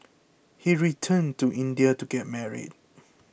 he returned to India to get married